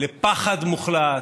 לפחד מוחלט,